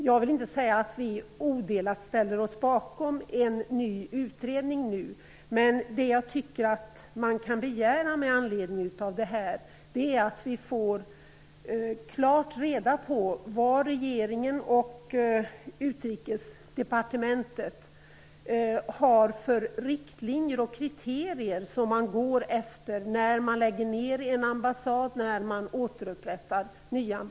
Jag vill inte säga att vi odelat ställer oss bakom en ny utredning nu, men med anledning av detta kan man begära att klart få reda på vilka riktlinjer och kriterier regeringen och Utrikesdepartementet går efter när de lägger ned vissa ambassader och upprättar nya.